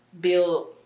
build